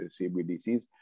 CBDCs